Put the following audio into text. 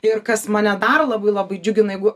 ir kas mane dar labai labai džiugina jeigu